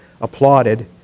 applauded